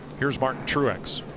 here is martin truex.